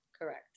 Correct